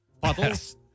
Bottles